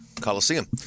coliseum